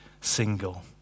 single